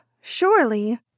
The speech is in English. Surely